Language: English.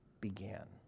began